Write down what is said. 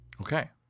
okay